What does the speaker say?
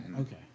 Okay